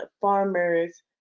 farmers